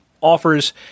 offers